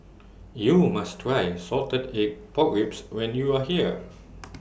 YOU must Try Salted Egg Pork Ribs when YOU Are here